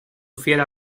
fiera